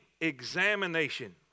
examination